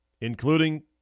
including